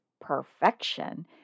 perfection